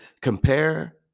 compare